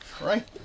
Right